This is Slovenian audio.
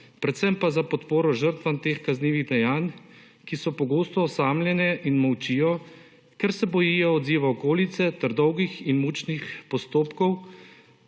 predvsem pa za podporo žrtvam teh kaznivih dejanj, ki so pogosto osamljene in molčijo, ker se bojijo odziva okolice ter dolgih in mučnih postopkov